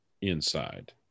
inside